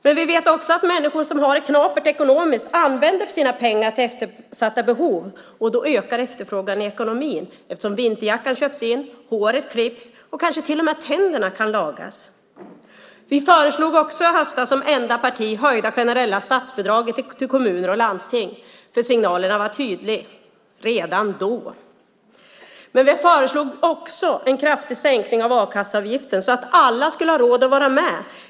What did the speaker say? Men vi vet också att människor som har det knapert ekonomiskt använder sina pengar till eftersatta behov, och då ökar efterfrågan i ekonomin eftersom vinterjackan köps in, håret klipps och kanske till och med tänderna kan lagas. Vi föreslog också i höstas som enda parti höjda generella statsbidrag till kommuner och landsting, för signalerna var tydliga redan då. Men vi föreslog också en kraftig sänkning av a-kasseavgiften så att alla skulle ha råd att vara med.